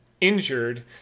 injured